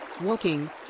walking